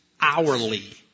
hourly